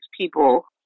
people